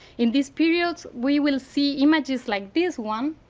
in this period we will see images like this one,